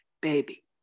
baby